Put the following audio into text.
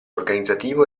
organizzativo